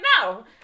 no